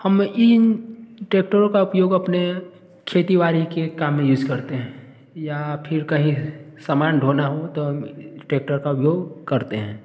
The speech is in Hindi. हम इन ट्रैक्टरों का उपयोग अपने खेती बाड़ी के काम में यूज करते हैं या फिर कहीं सामान ढोना हो तो हम ट्रैक्टर का उपयोग करते हैं